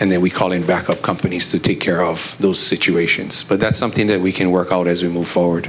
and then we call in backup companies to take care of those situations but that's something that we can work out as we move forward